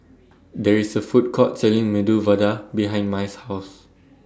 There IS A Food Court Selling Medu Vada behind Mai's House